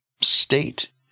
state